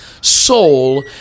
soul